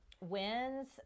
wins